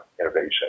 innovation